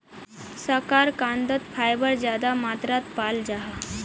शकार्कंदोत फाइबर ज्यादा मात्रात पाल जाहा